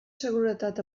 seguretat